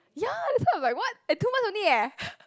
ya that's why I'm like what at two months only eh